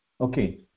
Okay